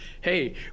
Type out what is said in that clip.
hey